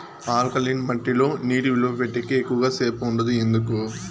alkaline మట్టి లో నీటి నిలువ పెట్టేకి ఎక్కువగా సేపు ఉండదు ఎందుకు